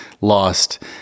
lost